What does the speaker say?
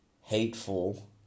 hateful